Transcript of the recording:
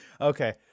Okay